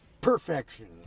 perfection